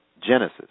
Genesis